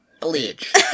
bleach